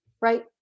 right